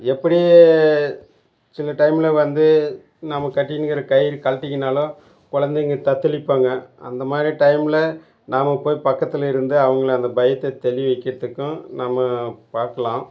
எப்படி சில டைமில் வந்து நம்ம கட்டின்னுக்கிற கயிறு கழட்டிக்கினாலோ கொழந்தைங்க தத்தளிப்பாங்க அந்த மாதிரி டைமில் நாம் போய் பக்கத்தில் இருந்து அவங்கள அந்த பயத்தை தெளிய வைக்கிறதுக்கும் நம்ம பார்க்கலாம்